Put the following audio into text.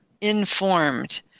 informed